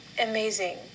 amazing